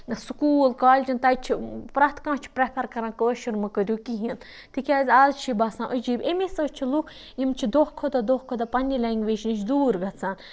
school کالجَن تَتہِ چھُ پرٮ۪تھ کانٛہہ چھُ پرٮ۪فَر کَران کٲشُر مہَ کٔرِو کِہِیٖنۍ تکیاز آز چھُ باسان عجیٖب امے سۭتۍ چھِ لُکھ یِم چھِ دۄہ کھۄتہِ دۄہ دۄہ کھۄتہِ دۄہ پَننہِ لینٛگویج نِش دوٗر گَژھان